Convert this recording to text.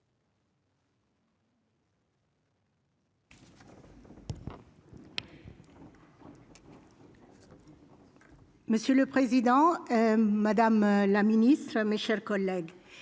Monsieur le Président, Madame la Ministre, mes chers collègues,